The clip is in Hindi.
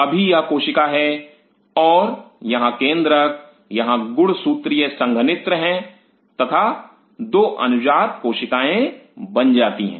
अभी यह कोशिका है और यहां केंद्रक यह गुणसूत्रीय संघनित्र है तथा दो अनुजात कोशिकाएं बन जाती हैं